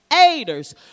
aiders